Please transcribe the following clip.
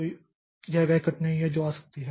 तो यह वह कठिनाई है जो आ सकती है